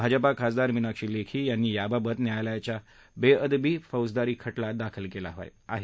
भाजपा खासदार मिनाक्षी लेखी यांनी याबाबत न्यायालयाच्या बेअदबीचा फौजदारी खटला दाखल केला आहे